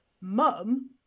mum